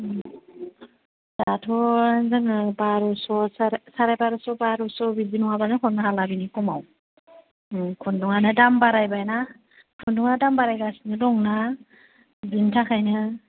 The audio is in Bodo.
दाथ' जोङो बारस'फोर साराइ बारस' बारस' बिदि नङाब्लानो हरनो हाला बिनि खमाव थांनो हानाय दाम बारायबाय ना खुन्दुङा दाम बारायगासिनो दं ना बिनि थाखायनो